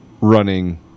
running